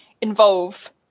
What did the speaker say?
involve